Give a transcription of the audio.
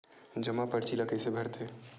जमा परची ल कइसे भरथे?